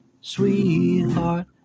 sweetheart